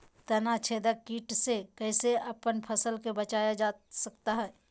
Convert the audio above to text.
तनाछेदक किट से कैसे अपन फसल के बचाया जा सकता हैं?